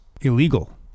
illegal